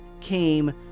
came